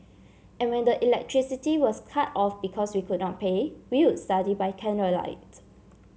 and when the electricity was cut off because we could not pay we would study by candlelight